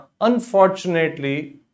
unfortunately